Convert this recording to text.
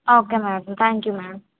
okay madam thank you madam